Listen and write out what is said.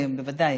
שמולי,